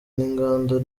n’inganda